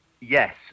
yes